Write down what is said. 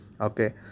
okay